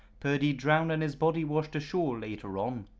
purdy drowned and his body washed ashore later on.